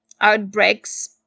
outbreaks